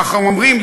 ככה אומרים,